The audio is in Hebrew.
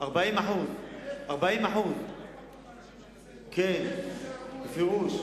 40%. 40%. כן, בפירוש.